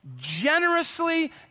generously